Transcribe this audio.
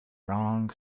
wrong